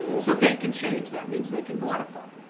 so they can change that means they can modify.